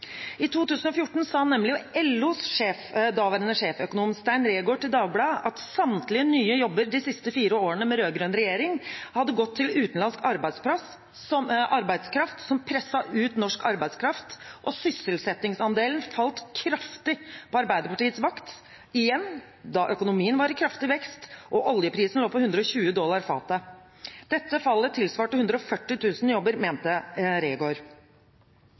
I 2014 sa nemlig LOs daværende sjeføkonom, Stein Reegård, til Dagbladet at samtlige nye jobber de siste fire årene med rød-grønn regjering hadde gått til utenlandsk arbeidskraft, som presset ut norsk arbeidskraft. Og sysselsettingsandelen falt kraftig på Arbeiderpartiets vakt – igjen da økonomien var i kraftig vekst og oljeprisen lå på 120 dollar fatet. Dette fallet tilsvarte 140 000 jobber, mente